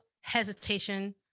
hesitation